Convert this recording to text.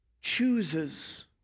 chooses